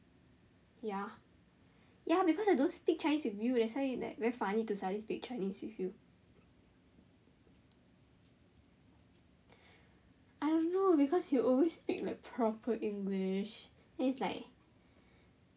ya ya because I don't speak chinese with you that's why like very funny to suddenly speak chinese with you I don't know because you always speak like proper english then it's like